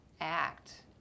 act